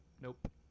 nope